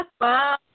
Wow